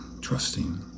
trusting